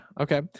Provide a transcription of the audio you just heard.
Okay